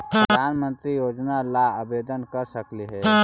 प्रधानमंत्री योजना ला आवेदन कर सकली हे?